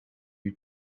you